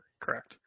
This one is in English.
Correct